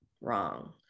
wrong